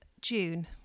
June